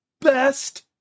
best